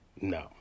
No